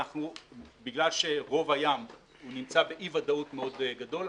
בגלל שרוב הים נמצא באי ודאות מאוד גדול,